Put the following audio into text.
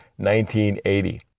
1980